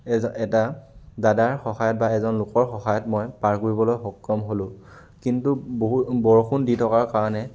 as এটা দাদাৰ সহায়ত বা এজন লোকৰ সহায়ত মই পাৰ কৰিবলৈ সক্ষম হ'লো কিন্তু বহু বৰষুণ দি থকাৰ কাৰণে